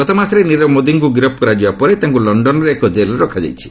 ଗତମାସରେ ନିରବ ମୋଦିଙ୍କୁ ଗିରଫ କରାଯିବା ପରେ ତାଙ୍କୁ ଲଶ୍ଡନ୍ର ଏକ କେଲ୍ରେ ରଖାଯାଇଛି